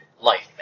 Life